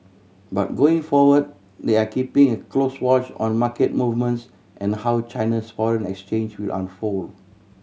but going forward they are keeping a close watch on market movements and how China's foreign exchange will unfold